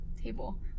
table